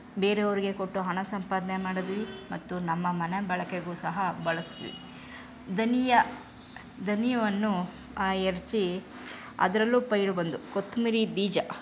ಬೇರೆಯವರಿಗೆ ಕೊಟ್ಟು ಹಣ ಸಂಪಾದನೆ ಮಾಡಿದ್ವಿ ಮತ್ತು ನಮ್ಮ ಮನ ಬಳಕೆಗೂ ಸಹ ಬಳಸಿದ್ವಿ ಧನಿಯಾ ಧನಿಯವನ್ನು ಎರಚಿ ಅದರಲ್ಲು ಪೈರು ಬಂದು ಕೊತ್ತಂಬರಿ ಬೀಜ